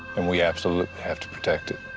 and we absolutely have to protect it.